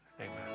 Amen